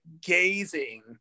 gazing